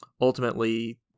ultimately